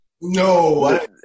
No